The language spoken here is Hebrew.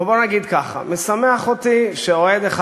או בוא נגיד ככה: משמח אותי שאוהד אחד